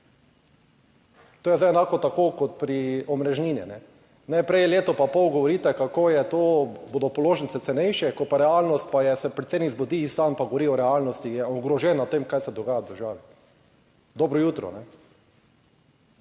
To je zdaj enako tako kot pri omrežnini, najprej leto pa pol govorite kako bodo položnice cenejše. Ko je pa realnost, pa se predsednik zbudi sam pa govori o realnosti, je zgrožen o tem kaj se dogaja v državi. Dobro jutro.